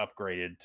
upgraded